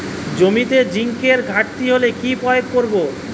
জমিতে জিঙ্কের ঘাটতি হলে কি প্রয়োগ করব?